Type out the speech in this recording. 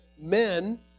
men